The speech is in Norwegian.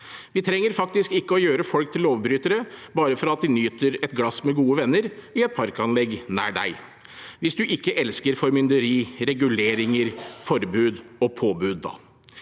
Vi trenger faktisk ikke å gjøre folk til lovbrytere bare for at de nyter et glass med gode venner i et parkanlegg nær deg – hvis ikke du elsker formynderi, reguleringer, forbud og påbud, da.